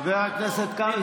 חבר הכנסת קרעי,